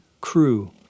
crew